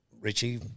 Richie